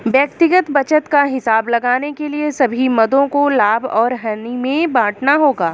व्यक्तिगत बचत का हिसाब लगाने के लिए सभी मदों को लाभ और हानि में बांटना होगा